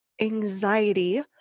anxiety